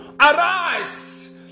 Arise